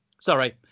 Sorry